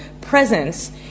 presence